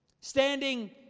Standing